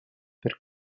per